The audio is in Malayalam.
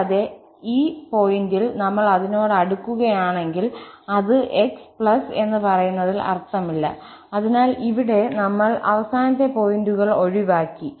കൂടാതെ ഈ പോയിന്റിൽ നമ്മൾ അതിനോട് അടുക്കുകയാണെങ്കിൽ അത് x എന്ന് പറയുന്നതിൽ അർത്ഥമില്ല അതിനാൽ ഇവിടെ നമ്മൾ അവസാനത്തെ പോയിന്റുകൾ ഒഴിവാക്കി